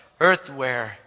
earthware